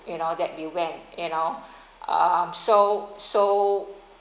you know that you went you know um so so